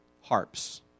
harps